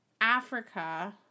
Africa